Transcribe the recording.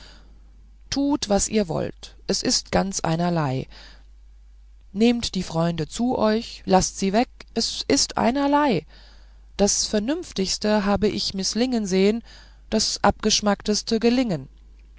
tut was ihr wollt es ist ganz einerlei nehmt die freunde zu euch laßt sie weg alles einerlei das vernünftigste habe ich mißlingen sehen das abgeschmackteste gelingen